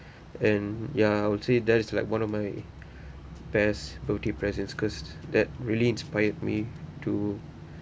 and ya I would say that is like one of my best birthday present cause that really inspired me to